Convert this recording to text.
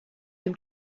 him